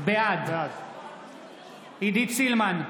בעד עידית סילמן,